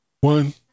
One